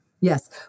Yes